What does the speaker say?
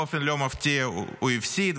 באופן לא מפתיע הוא הפסיד,